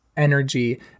energy